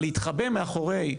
אבל להתחבא מאחורי: